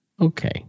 Okay